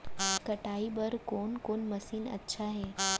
कटाई बर कोन कोन मशीन अच्छा हे?